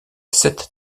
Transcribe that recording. sept